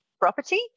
property